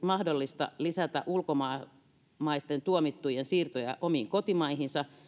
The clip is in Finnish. mahdollista lisätä ulkomaisten tuomittujen siirtoja omiin kotimaihinsa